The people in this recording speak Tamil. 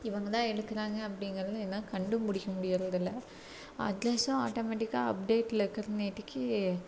இவங்க தான் எடுக்கிறாங்க அப்டிங்கிறதெலாம் என்னால கண்டுபிடிக்க முடியறதில்ல அட்ரஸ்ஸும் ஆட்டோமெட்டிக்கா அப்டேட்ல இருக்கிறனேட்டிக்கி